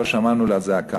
שלא שמענו לזעקה.